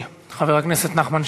לכן אני חושב שהיום הממשלה חצתה גבול.